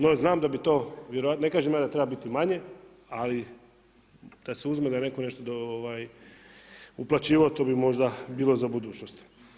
No znam da bi to vjerojatno, ne kažem ja da treba biti manje ali da se uzme da je netko nešto uplaćivao to bi možda bilo za budućnost.